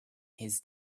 his